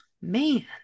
man